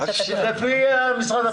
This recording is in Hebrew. לפי משרד הפנים.